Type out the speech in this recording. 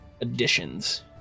additions